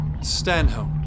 Stanhope